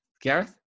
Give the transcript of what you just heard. Gareth